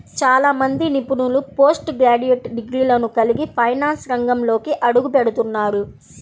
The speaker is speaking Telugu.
చాలా మంది నిపుణులు పోస్ట్ గ్రాడ్యుయేట్ డిగ్రీలను కలిగి ఫైనాన్స్ రంగంలోకి అడుగుపెడుతున్నారు